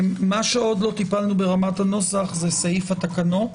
מה שעוד לא טיפלנו ברמת הנוסח זה סעיף התקנות,